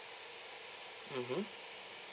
mmhmm